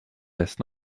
west